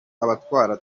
abatwara